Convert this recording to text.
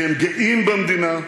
כי הם גאים במדינה,